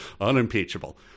unimpeachable